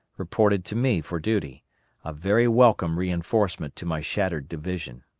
reported to me for duty a very welcome reinforcement to my shattered division.